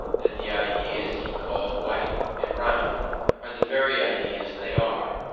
that the ideas he calls white and round are the very ideas they are,